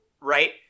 right